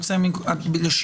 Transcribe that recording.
בוודאי.